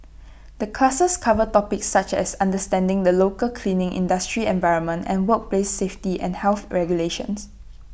the classes cover topics such as understanding the local cleaning industry environment and workplace safety and health regulations